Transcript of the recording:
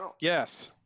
Yes